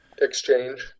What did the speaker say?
Exchange